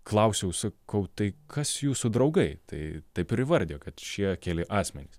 klausiau sakau tai kas jūsų draugai tai taip ir įvardijo kad šie keli asmenys